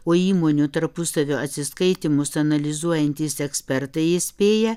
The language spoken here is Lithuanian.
o įmonių tarpusavio atsiskaitymus analizuojantys ekspertai įspėja